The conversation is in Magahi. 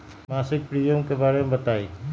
मासिक प्रीमियम के बारे मे बताई?